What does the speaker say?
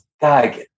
God